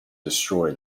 destroy